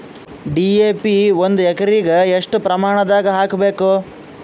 DAP ಒಂದು ಎಕರಿಗ ಎಷ್ಟ ಪ್ರಮಾಣದಾಗ ಹಾಕಬೇಕು?